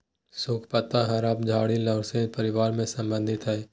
सुखा पत्ता या हरा झाड़ी लॉरेशी परिवार से संबंधित हइ